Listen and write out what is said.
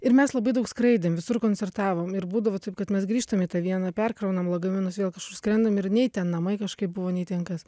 ir mes labai daug skraidėm visur koncertavom ir būdavo taip kad mes grįžtam į tą vieną perkraunam lagaminus vėl kažkur skrendam ir nei ten namai kažkaip buvo nei ten kas